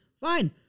Fine